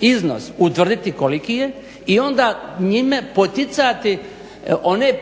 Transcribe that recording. iznos utvrditi koliki je i onda njime poticati one